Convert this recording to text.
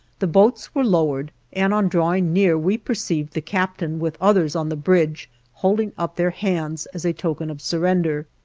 the boats were lowered, and on drawing near we perceived the captain with others on the bridge holding up their hands as a token of surrender.